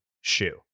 shoe